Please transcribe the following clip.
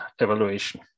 evaluation